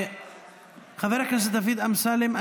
חבר הכנסת דוד אמסלם,